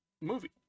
movie